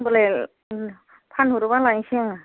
होमब्लाय फानहरोब्ला लायसै आङो